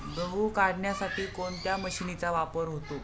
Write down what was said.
गहू काढण्यासाठी कोणत्या मशीनचा वापर होतो?